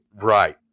Right